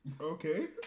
Okay